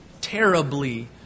terribly